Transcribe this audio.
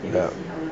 ya